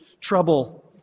trouble